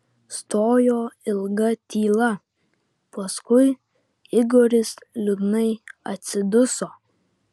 stojo ilga tyla paskui igoris liūdnai atsiduso